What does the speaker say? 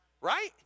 Right